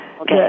Okay